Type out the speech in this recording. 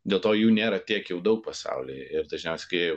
dėl to jų nėra tiek jau daug pasaulyje ir dažniausiai kai